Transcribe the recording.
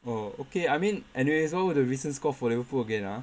oh okay I mean anyway so the recent score for Liverpool again ah